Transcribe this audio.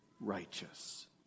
righteous